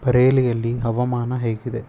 ಬರೇಲಿಯಲ್ಲಿ ಹವಾಮಾನ ಹೇಗಿದೆ